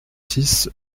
six